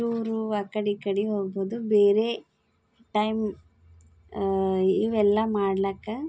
tour ಆ ಕಡೆ ಈ ಕಡೆ ಹೋಗ್ಬೋದು ಬೇರೆ ಟೈಮ್ ಇವೆಲ್ಲ ಮಾಡ್ಲಾಕ